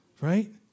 right